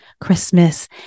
Christmas